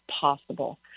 possible